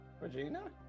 Regina